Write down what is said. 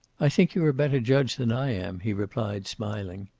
i think you're a better judge than i am, he replied, smiling.